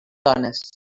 dones